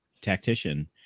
tactician